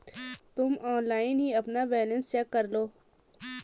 तुम ऑनलाइन ही अपना बैलन्स चेक करलो